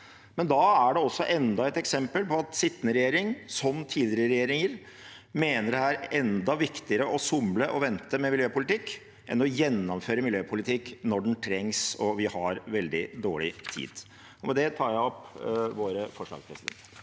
men da er det også enda et eksempel på at sittende regjering, som tidligere regjeringer, mener det er enda viktigere å somle og vente med miljøpolitikk enn å gjennomføre miljøpolitikk når den trengs og vi har veldig dårlig tid. Med det tar jeg opp forslagene